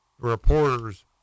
reporters